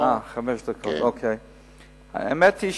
האמת היא,